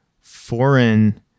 foreign